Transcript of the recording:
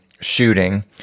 shooting